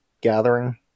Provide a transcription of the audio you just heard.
gathering